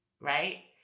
right